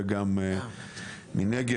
מישהו יודע מה התשובה?